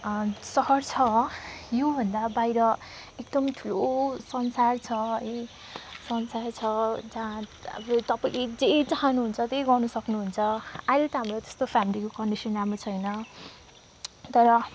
सहर छ योभन्दा बाहिर एकदम ठुलो संसार छ है संसार छ जहाँ अब तपाईँले जे चाहनुहुन्छ त्यही गर्नु सक्नुहुन्छ अहिले त हाम्रो त्यस्तो फ्यामिलीको कन्डिसन राम्रो छैन तर